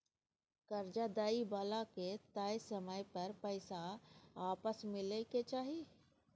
कर्जा दइ बला के तय समय पर पैसा आपस मिलइ के चाही